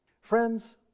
Friends